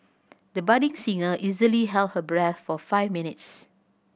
the budding singer easily held her breath for five minutes